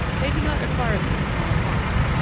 they do not acquire this all at once.